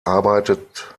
arbeitet